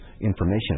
information